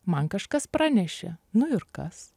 man kažkas pranešė nu ir kas